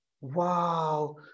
Wow